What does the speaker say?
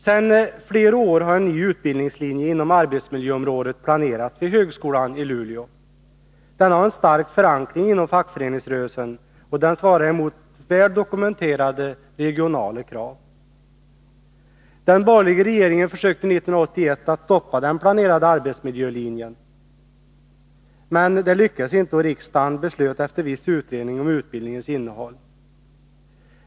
Sedan flera år har en ny utbildningslinje inom arbetsmiljöområdet planerats vid högskolan i Luleå. Den har stark förankring inom fackföreningsrörelsen, och den svarar mot väl dokumenterade regionala krav. Den borgerliga regeringen försökte 1981 stoppa den planerade arbetsmiljölinjen. Men det lyckades inte, och i stället beslöt riksdagen, efter viss utredning, om utbildningens innehåll.